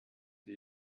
die